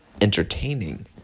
entertaining